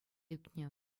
ӳкнӗ